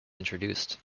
introduced